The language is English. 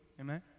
Amen